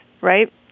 Right